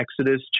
Exodus